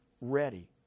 ready